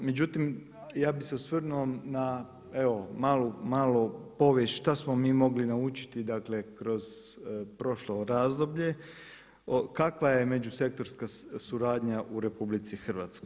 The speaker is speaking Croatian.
Međutim ja bih se osvrnuo na malu povijest šta smo mi mogli naučiti, dakle kroz prošlo razdoblje, kakva je međusektorska suradnja u RH.